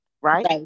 right